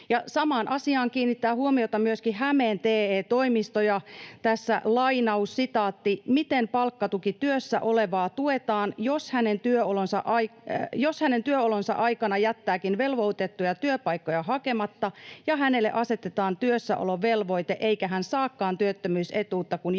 Samaan asiaan kiinnittää huomiota myöskin Hämeen TE-toimisto, ja tässä lainaus: ”Miten palkkatukityössä olevaa tuetaan, jos hän työolonsa aikana jättääkin velvoitettuja työpaikkoja hakematta ja hänelle asetetaan työssäolovelvoite eikä hän saakaan työttömyysetuutta, kun jääkin